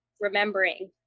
remembering